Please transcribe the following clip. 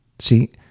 See